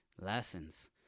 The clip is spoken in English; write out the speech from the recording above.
lessons